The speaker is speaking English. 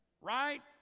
Right